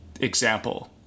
example